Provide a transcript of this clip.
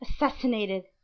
Assassinated